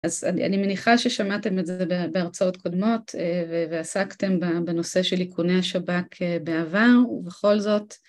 אז אני, אני מניחה ששמעתם את זה ב... בהרצאות קודמות אה, ו, ועסקתם ב... בנושא של איכוני השב"כ אה... בעבר, ובכל זאת...